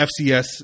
FCS